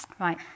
Right